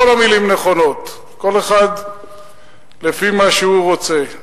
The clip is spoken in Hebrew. כל המלים נכונות, כל אחד לפי מה שהוא רוצה.